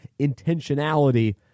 intentionality